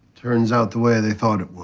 turns out the way they thought it would.